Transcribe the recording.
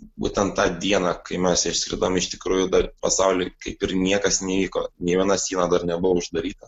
būtent tą dieną kai mes išskridom iš tikrųjų dar pasauly kaip ir niekas neįvyko nei viena siena dar nebuvo uždaryta